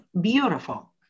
beautiful